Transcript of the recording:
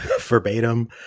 verbatim